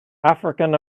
african